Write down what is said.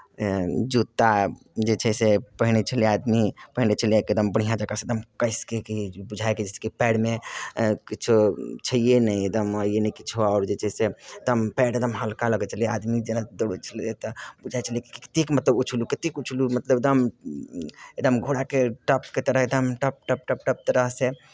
जुत्ता जे छै से पहिरैत छलैए आदमी पहिने छलै एकदम बढ़िआँ जँकासँ एकदम कसि कऽ कि बुझाए पएरमे किछो छैहे नहि एकदम यानि किछु आओर जे छै से एकदम पएर एकदम हल्का लगैत छलैए आदमी जखन दौड़ैत छलैए तऽ बुझाइ छलै कतेक मतलब कतेक उछलू कतेक उछलू मतलब एकदम एकदम घोड़ाके टपके तरह एकदम टप टप टप टप तरहसँ